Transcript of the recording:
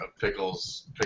pickles